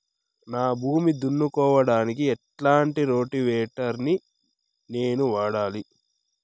నా భూమి దున్నుకోవడానికి ఎట్లాంటి రోటివేటర్ ని నేను వాడాలి?